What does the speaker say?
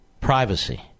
privacy